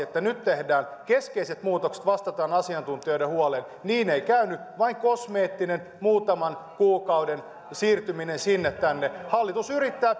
että nyt tehdään keskeiset muutokset vastataan asiantuntijoiden huoleen niin ei käynyt vain kosmeettinen muutaman kuukauden siirtyminen sinne tänne hallitus yrittää